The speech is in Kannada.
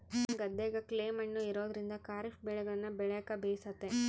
ನಮ್ಮ ಗದ್ದೆಗ ಕ್ಲೇ ಮಣ್ಣು ಇರೋದ್ರಿಂದ ಖಾರಿಫ್ ಬೆಳೆಗಳನ್ನ ಬೆಳೆಕ ಬೇಸತೆ